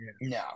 No